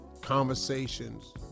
conversations